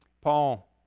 Paul